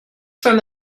from